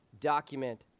document